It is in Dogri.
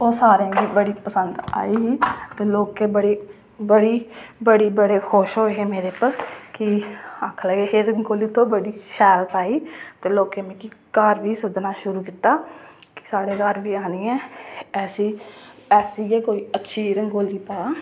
ओह् सारेंगी बड़ी पसंद आई ही ते लोकें बड़ी बड़ी बड़े बड़े खुश होए हे मेरे पर ते आखन लगे हे तोह् रंगोली बड़ी शैल पाई ते लोकें मिगी घर बी सद्धना शुरू कीता कि साढ़े घर बी आह्नियै ऐसी ऐसी गै कोई अच्छी रंगोली पा